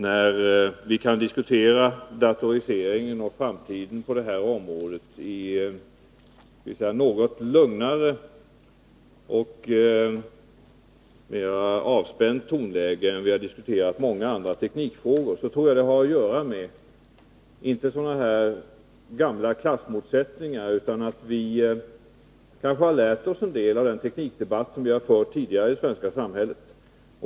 Att vi kan diskutera datoriseringen och framtiden på det här området i ett något lugnare och mer avspänt tonläge än det som vi har diskuterat många andra teknikfrågor i tror jag inte har att göra med sådana här gamla klassmotsättningar, utan med att vi kanske har lärt oss en del av den teknikdebatt som vi har fört tidigare i det svenska samhället.